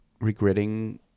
regretting